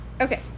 Okay